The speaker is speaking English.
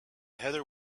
heather